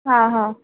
हां हां